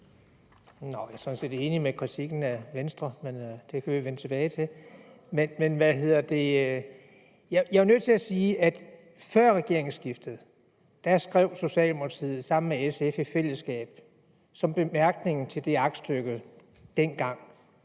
Jeg er sådan set enig i kritikken af Venstre, men det kan vi vende tilbage til. Men jeg er nødt til at sige, at før regeringsskiftet skrev Socialdemokratiet og SF i fællesskab som bemærkninger til det aktstykke,